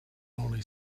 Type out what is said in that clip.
only